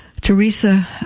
Teresa